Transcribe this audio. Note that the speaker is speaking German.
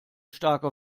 starker